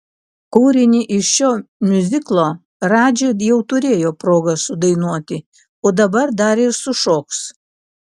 kūrinį iš šio miuziklo radži jau turėjo progą sudainuoti o dabar dar ir sušoks